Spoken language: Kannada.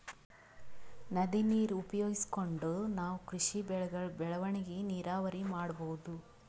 ನದಿ ನೀರ್ ಉಪಯೋಗಿಸ್ಕೊಂಡ್ ನಾವ್ ಕೃಷಿ ಬೆಳೆಗಳ್ ಬೆಳವಣಿಗಿ ನೀರಾವರಿ ಮಾಡ್ಬಹುದ್